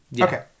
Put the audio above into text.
Okay